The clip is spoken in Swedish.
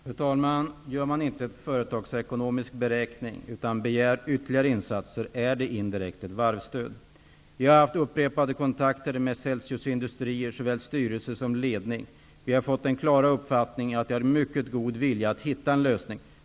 Fru talman! Gör man inte en företagsekonomisk beräkning utan begär ytterligare insatser, är det indirekt fråga om ett varvsstöd. Vi har haft upprepade kontakter såväl med styrelsen som med ledningen för Celsius Industrier, och vi har den klara uppfattningen att de har en mycket god vilja att komma fram till en lösning.